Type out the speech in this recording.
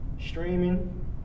streaming